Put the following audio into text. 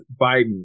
Biden